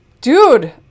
dude